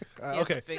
okay